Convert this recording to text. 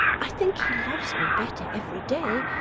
i think he loves me better every day,